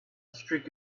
streak